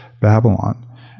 Babylon